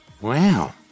Wow